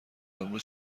امروز